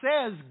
says